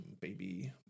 baby